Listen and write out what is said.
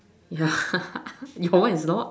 ya your [one] is not